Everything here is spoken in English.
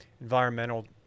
Environmental